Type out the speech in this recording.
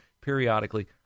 periodically